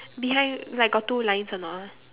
behind like got two lines or not ah